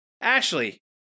Ashley